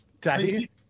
Daddy